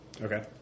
okay